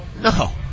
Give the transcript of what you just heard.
no